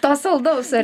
to saldaus ar